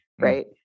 right